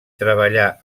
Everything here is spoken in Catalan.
treballà